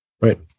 Right